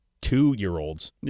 two-year-olds